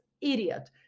idiot